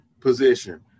position